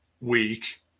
week